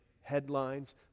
headlines